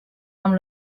amb